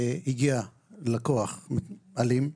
הגיע לקוח אלים,